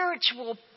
spiritual